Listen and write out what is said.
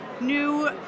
New